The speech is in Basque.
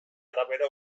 arabera